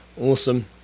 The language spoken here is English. awesome